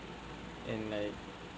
and like